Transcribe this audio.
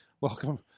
Welcome